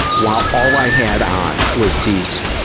while all i had on was these,